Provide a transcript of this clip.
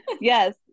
Yes